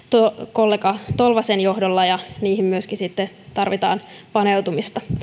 kollega tolvasen johdolla ja niihin myöskin sitten tarvitaan paneutumista